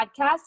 podcast